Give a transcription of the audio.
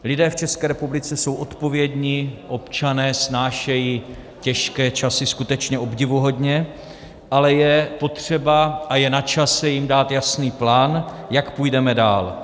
Lidé v České republice jsou odpovědní občané, snášejí těžké časy skutečně obdivuhodně, ale je potřeba a je načase jim dát jasný plán, jak půjdeme dál.